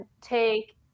take